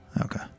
Okay